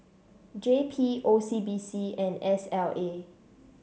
J P O C B C and S L A